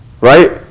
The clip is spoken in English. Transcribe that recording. Right